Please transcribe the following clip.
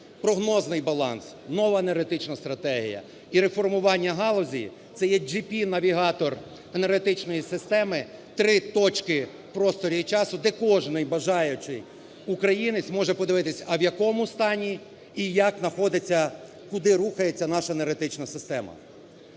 прогнозний баланс, нова енергетична стратегія і реформування галузі це є GPS-навігатор енергетичної системи, три точки в просторі часу, де кожний бажаючий українець може подивитися, а в яку стані і як знаходиться, куди рухається наша енергетична система.